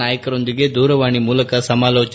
ನಾಯಕರೊಂದಿಗೆ ದೂರವಾಣಿ ಮೂಲಕ ಸಮಾಲೋಚನೆ